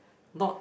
not